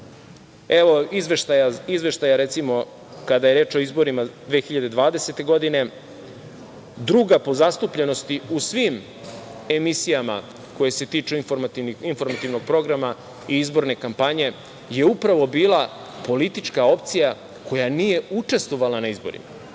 izveštaja kada je reč o izborima 2020. godine - druga po zastupljenosti u svim emisijama koje se tiču informativnog programa i izborne kampanje je upravo bila politička opcija koja nije učestvovala na izborima,